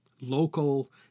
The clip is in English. local